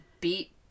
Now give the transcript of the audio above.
beat